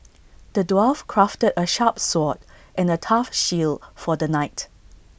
the dwarf crafted A sharp sword and A tough shield for the knight